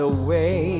away